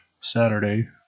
Saturday